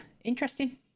interesting